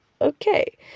okay